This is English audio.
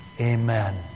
Amen